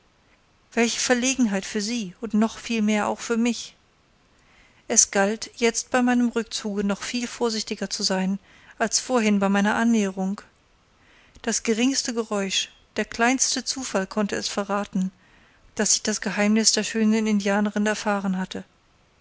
welche verlegenheit für sie und noch viel mehr auch für mich es galt jetzt bei meinem rückzuge noch viel vorsichtiger zu sein als vorhin bei meiner annäherung das geringste geräusch der kleinste zufall konnte es verraten daß ich das geheimnis der schönen indianerin erfahren hatte